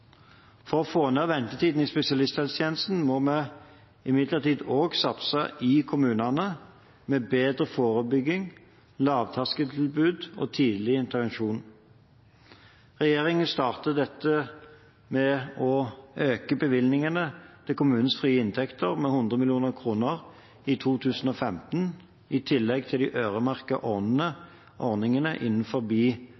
For å få ned ventetiden i spesialisthelsetjenesten må vi imidlertid også satse i kommunene, med bedre forebygging, lavterskeltilbud og tidlig intervensjon. Regjeringen starter dette ved å øke bevilgningene til kommunenes frie inntekter med 100 mill. kr i 2015, i tillegg til de